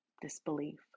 disbelief